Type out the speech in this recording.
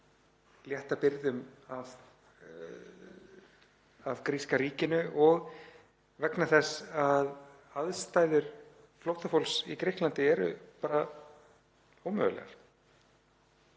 létta byrðum af gríska ríkinu og vegna þess að aðstæður flóttafólks í Grikklandi eru bara ómögulegar.